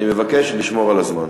אני מבקש לשמור על הזמן.